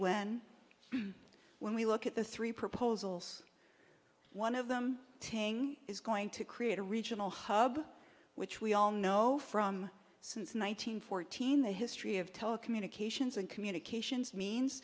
when when we look at the three proposals one of them ting is going to create a regional hub which we all know from since the one nine hundred fourteen the history of telecommunications and communications means